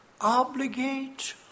obligate